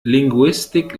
linguistic